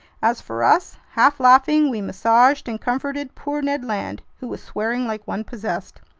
as for us, half laughing, we massaged and comforted poor ned land, who was swearing like one possessed.